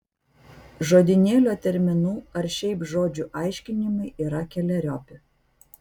žodynėlio terminų ar šiaip žodžių aiškinimai yra keleriopi